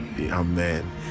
amen